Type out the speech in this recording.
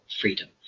freedom